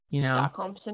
Stockholm